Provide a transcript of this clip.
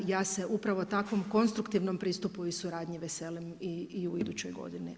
Ja se upravo takvom konstruktivnom pristupu i suradnji veselim i u idućoj godini.